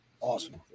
awesome